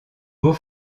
beau